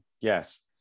Yes